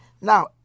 now